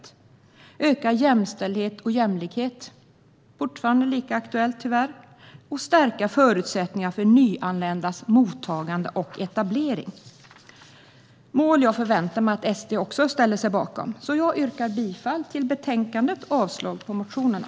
Det är också att öka jämställdhet och jämlikhet, något som tyvärr fortfarande är lika aktuellt, samt att stärka förutsättningarna för nyanländas mottagande och etablering. Detta är mål som jag förväntar mig att även Sverigedemokraterna ställer sig bakom. Jag yrkar bifall till utskottets förslag i betänkandet och avslag på motionerna.